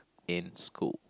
in school